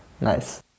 Nice